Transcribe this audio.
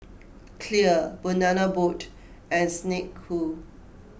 Clear Banana Boat and Snek Ku